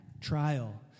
trial